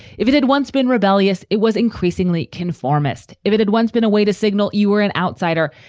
if it had once been rebellious, it was increasingly conformist. if it had once been a way to signal you were an outsider,